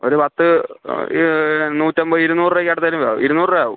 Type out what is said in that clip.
ഒരു പത്ത് നൂറ്റമ്പ ഇരുന്നൂറ് രൂപയ്ക്ക് അടുത്തെങ്കിലും ആവും ഇരുന്നൂറ് രൂപ ആവും